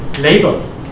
Labor